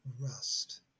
rust